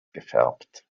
gefärbt